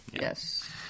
yes